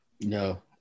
No